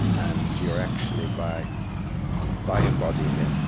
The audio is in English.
and you're actually, by by embodying it,